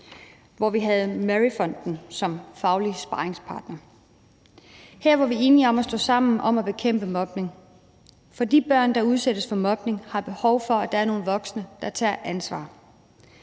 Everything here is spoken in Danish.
hvor vi havde Mary Fonden som faglig sparringspartner. Her var vi enige om at stå sammen om at bekæmpe mobning; for de børn, der udsættes for mobning, har behov for, at der er nogle voksne, der tager ansvar.